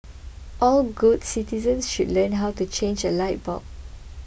all good citizens should learn how to change a light bulb